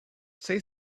say